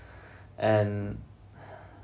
and